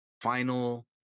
final